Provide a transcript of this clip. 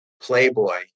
playboy